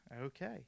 Okay